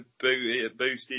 boosted